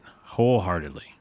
wholeheartedly